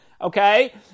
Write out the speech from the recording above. okay